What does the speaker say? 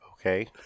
Okay